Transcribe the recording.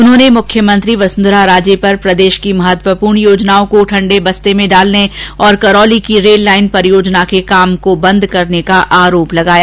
उन्होंने मुख्यमंत्री वसंधरा राजे पर प्रदेश की महत्वपूर्ण योजनाओं को ठंडे बस्ते में डालने और करौली की रेल लाइन परियोजना के काम को बंद कराने का आरोप लगाया